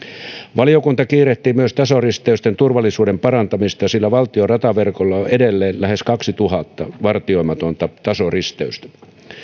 valiokunta kiirehtii myös tasoristeysten turvallisuuden parantamista sillä valtion rataverkolla on on edelleen lähes kaksituhatta vartioimatonta tasoristeystä